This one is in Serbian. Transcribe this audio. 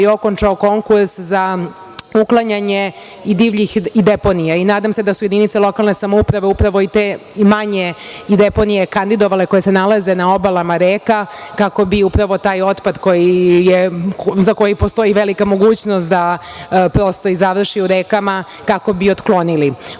i okončao konkurs za uklanjanje divljih deponija i nadam se da su jedinice lokalne samouprave upravo i te manje deponije kandidovale koje se nalaze na obalama reka kako bi upravo taj otpad za koji postoji velika mogućnost da prosto i završi u rekama kako bi otklonili. Ono